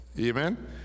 amen